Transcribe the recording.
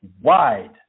wide